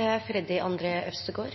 det